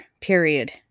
Period